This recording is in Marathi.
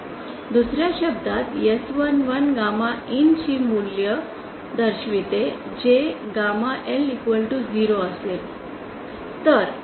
दुसर्या शब्दात S11 गॅमा IN ची व्हॅल्यू दर्शवते जेव्हा गॅमा L 0 असेल